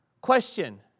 Question